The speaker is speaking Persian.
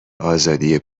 آزادی